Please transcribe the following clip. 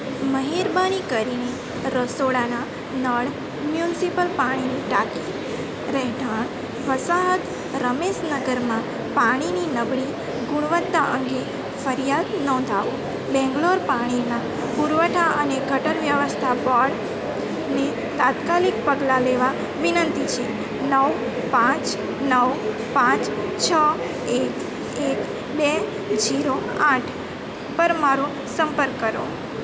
મહેરબાની કરીને રસોડાના નળ મ્યુનસિપલ પાણીની ટાંકી રહેઠાણ વસાહત રમેશ નગરમાં પાણીની નબળી ગુણવત્તા અંગે ફરિયાદ નોંધાવો બેંગલોર પાણીના પુરવઠા અને ગટર વ્યવસ્થા બોર્ડને તાત્કાલિક પગલાં લેવા વિનંતી છે નવ પાંચ નવ પાંચ છ એક એક બે જીરો આઠ પર મારો સંપર્ક કરો